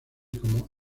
como